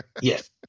Yes